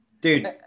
Dude